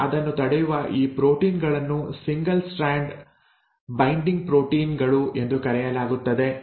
ಈಗ ಅದನ್ನು ತಡೆಯುವ ಈ ಪ್ರೋಟೀನ್ ಗಳನ್ನು ಸಿಂಗಲ್ ಸ್ಟ್ರಾಂಡ್ ಬೈಂಡಿಂಗ್ ಪ್ರೋಟೀನ್ ಗಳು ಎಂದು ಕರೆಯಲಾಗುತ್ತದೆ